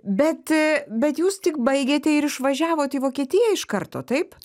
bet bet jūs tik baigėte ir išvažiavot į vokietiją iš karto taip